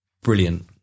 Brilliant